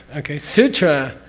okay? sutra